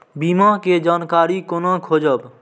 बीमा के जानकारी कोना खोजब?